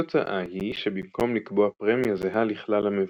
התוצאה היא שבמקום לקבוע פרמיה זהה לכלל המבוטחים,